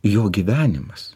jo gyvenimas